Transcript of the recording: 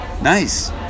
Nice